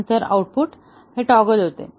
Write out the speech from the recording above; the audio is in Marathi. नंतर आउटपुट टॉगल होते